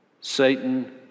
Satan